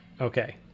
okay